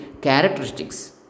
characteristics